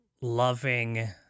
loving